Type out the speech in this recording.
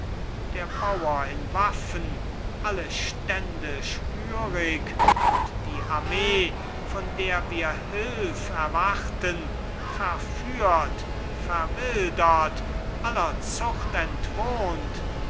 der bauer in waffen alle stände schwürig und die armee von der wir hülf erwarten verführt verwildert aller zucht entwohnt